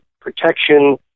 protection